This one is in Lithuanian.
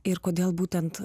ir kodėl būtent